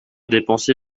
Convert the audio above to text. dépensé